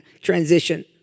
transition